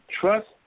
Trust